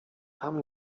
tam